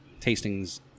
tastings